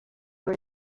were